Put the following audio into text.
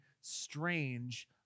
strange